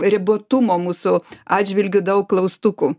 ribotumo mūsų atžvilgiu daug klaustukų